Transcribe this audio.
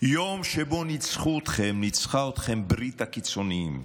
יום שבו ניצחה אתכם ברית הקיצונים,